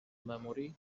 memory